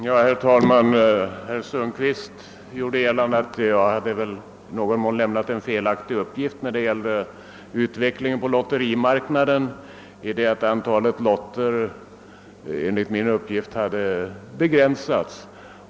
Herr talman! Herr Sundkvist gjorde gällande att jag lämnat en felaktig uppgift när det gällde utvecklingen på lotterimarknaden; antalet lotter hade enligt min uppgift begränsats.